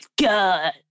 God